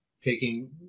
taking